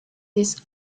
this